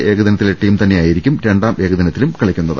ആദ്യ ഏകദിനത്തിലെ ടീം തന്നെയായിരിക്കും രണ്ടാം ഏകദിന ത്തിലും കളിക്കുന്നത്